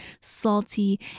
salty